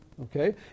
okay